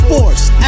Force